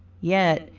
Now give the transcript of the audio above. yet,